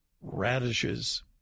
radishes